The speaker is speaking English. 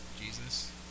Jesus